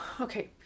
Okay